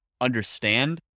understand